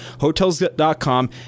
Hotels.com